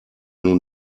nun